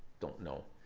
don't know.